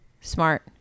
smart